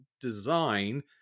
design